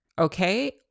Okay